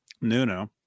Nuno